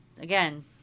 again